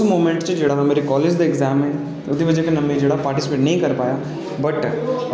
ते उस मूमैंट च जेह्ड़े हे मेरे काॅलेज दे ऐग्जाम हे ओह्दी बजह कन्नै में पार्टिसिपेट नेईं करी पाया